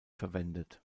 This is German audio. verwendet